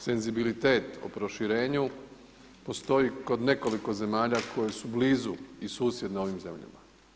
Senzibilitet o proširenju postoji kod nekoliko zemalja koje su blizu i susjedne ovim zemljama.